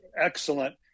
excellent